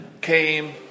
came